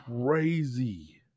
crazy